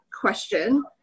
question